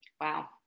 Wow